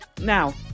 Now